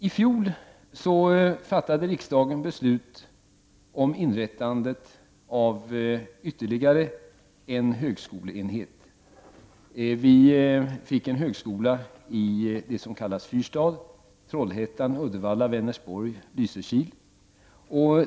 I fjol fattade riksdagen beslut om inrättande av ytterligare en högskoleenhet. Vi fick en högskola i det som kallas Fyrstad: Trollhättan, Uddevalla, Vänersborg och Lysekil.